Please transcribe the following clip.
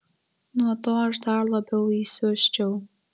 nuo to aš dar labiau įsiusčiau